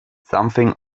something